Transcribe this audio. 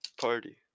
party